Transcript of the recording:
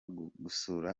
gusura